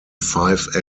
five